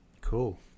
Cool